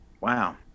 Wow